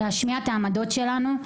להשמיע את העמדות שלנו,